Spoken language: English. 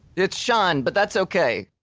it's sean. but that's ok